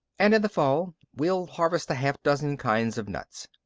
and in the fall, we'll harvest a half-dozen kinds of nuts.